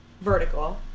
vertical